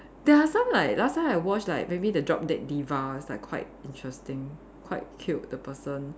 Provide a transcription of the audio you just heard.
there are some like last time I watch like maybe the drop dead diva it's like quite interesting quite cute the person